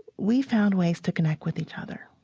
we found ways to connect with each other.